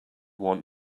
want